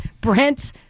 brent